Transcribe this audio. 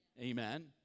amen